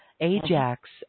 Ajax